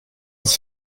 aus